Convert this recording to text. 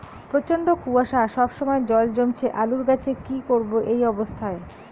প্রচন্ড কুয়াশা সবসময় জল জমছে আলুর গাছে কি করব এই অবস্থায়?